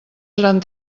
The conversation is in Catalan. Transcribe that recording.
seran